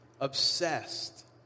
obsessed